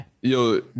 yo